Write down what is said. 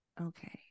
Okay